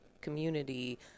community